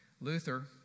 Luther